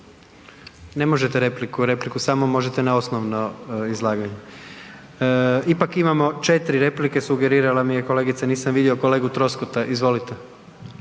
Ne možete repliku, repliku samo možete na osnovno izlaganje. Ipak imamo 4 replike, sugerirala mi je kolegica, nisam vidio kolegu Troskota, izvolite.